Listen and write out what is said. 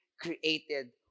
created